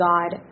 God